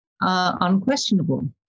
Unquestionable